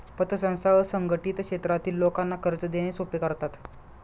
पतसंस्था असंघटित क्षेत्रातील लोकांना कर्ज देणे सोपे करतात